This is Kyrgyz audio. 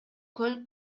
көл